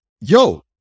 yo